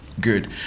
good